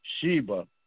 Sheba